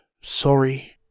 sorry